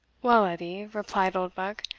well, edie, replied oldbuck,